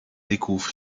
découvre